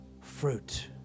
fruit